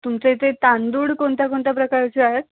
तुमच्या इथे तांदूळ कोणत्या कोणत्या प्रकारचे आहेत